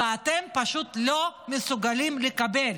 ואתם פשוט לא מסוגלים לקבל.